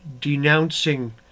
denouncing